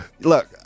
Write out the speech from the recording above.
look